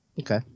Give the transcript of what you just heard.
okay